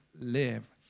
live